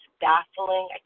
baffling